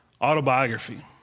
autobiography